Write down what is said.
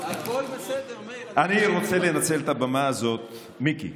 אני רוצה לנצל את הבמה הזאת, מיקי,